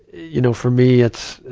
you know, for me, it's,